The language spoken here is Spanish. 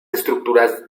estructuras